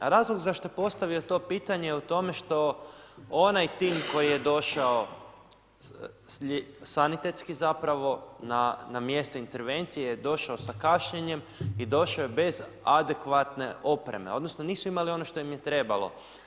Razlog zašto je postavio to pitanje o tome što onaj tim koji je došao, sanitetski zapravo, na mjesto intervencije je došao sa kašnjenjem i došao je bez adekvatne opreme odnosno nisu imali ono što im je trebalo.